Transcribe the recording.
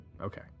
Okay